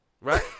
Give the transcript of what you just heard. right